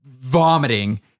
vomiting